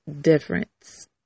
difference